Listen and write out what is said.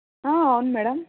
అవును మేడం